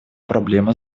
проблема